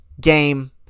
game